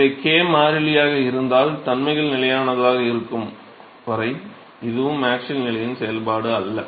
எனவே k மாறிலியாக இருந்தால் தன்மைகள் நிலையானதாக இருக்கும் வரை இதுவும் ஆக்ஸியல் நிலையின் செயல்பாடு அல்ல